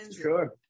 Sure